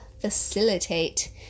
facilitate